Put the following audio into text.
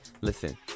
Listen